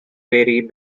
vary